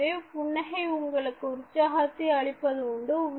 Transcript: எனவே புன்னகை உங்களுக்கு உற்சாகத்தை அளிப்பது உண்டு